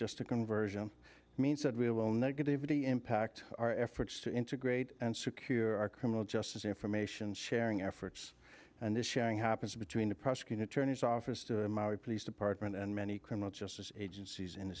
just a conversion means that will negativity impact our efforts to integrate and secure our criminal justice information sharing efforts and this shanghai happens between the prosecuting attorney's office to our police department and many criminal justice agencies in the